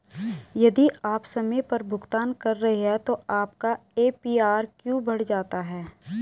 यदि आप समय पर भुगतान कर रहे हैं तो आपका ए.पी.आर क्यों बढ़ जाता है?